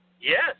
Yes